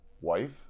wife